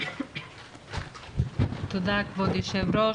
כבוד היושב-ראש,